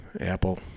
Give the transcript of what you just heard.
apple